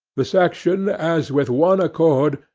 the section, as with one accord,